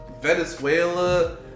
Venezuela